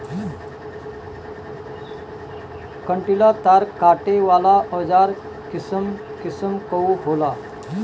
कंटीला तार काटे वाला औज़ार किसिम किसिम कअ होला